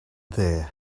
there